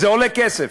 זה עולה כסף,